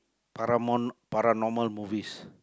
paranor~ paranormal movies